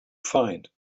find